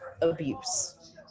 abuse